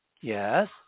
Yes